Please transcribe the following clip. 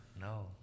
No